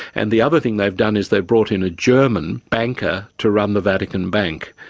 and the other thing they've done is they've brought in a german banker to run the vatican bank.